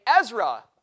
Ezra